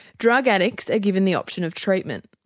drug addicts are given the option of treatment.